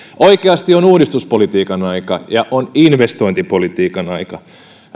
oikeasti on uudistuspolitiikan aika ja on investointipolitiikan aika